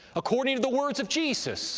according to the words of jesus